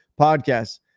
podcasts